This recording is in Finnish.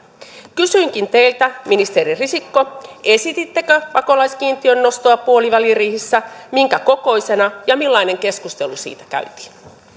kysynkin teiltä ministeri risikko esitittekö pakolaiskiintiön nostoa puoliväliriihessä minkä kokoisena ja millainen keskustelu siitä käytiin